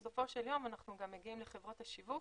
בסופו של יום, אנחנו גם מגיעים לחברות השיווק.